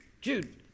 Jude